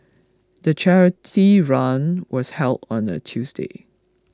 the charity run was held on a Tuesday